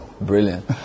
Brilliant